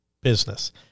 business